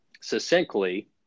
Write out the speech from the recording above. succinctly